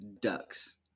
ducks